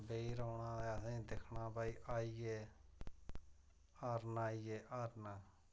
बेही रौह्ना ते असें दिक्खना भाई आई गे हरन आई गे हरन